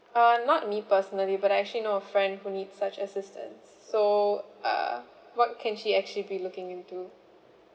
uh not me personally but I actually know a friend who need such assistance so uh what can she actually be looking into